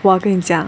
我跟你讲